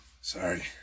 Sorry